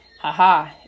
Haha